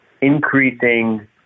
increasing